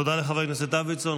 תודה לחבר הכנסת דוידסון.